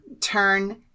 turn